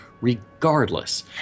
Regardless